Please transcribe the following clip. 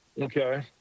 Okay